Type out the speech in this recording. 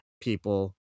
people